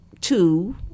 two